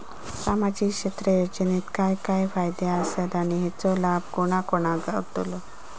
सामजिक क्षेत्र योजनेत काय काय फायदे आसत आणि हेचो लाभ कोणा कोणाक गावतलो?